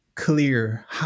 clear